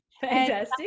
Fantastic